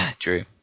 true